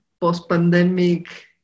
post-pandemic